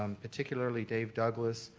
um particularly dave douglass.